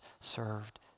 served